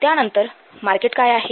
त्यानंतर मार्केट काय आहे